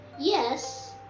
yes